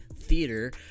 theater